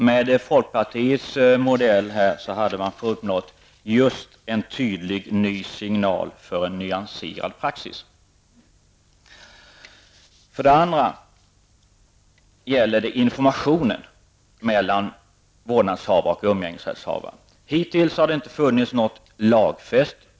Med folkpartiets modell hade man uppnått en tydlig ny signal för en nyanserad praxis. För det andra gäller det informationen mellan vårdnadshavare och umgängesrättshavare. Informationsutbytet har hittills inte varit lagfäst.